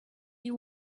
you